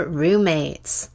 roommates